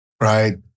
right